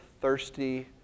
thirsty